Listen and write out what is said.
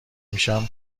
میشم